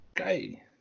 Okay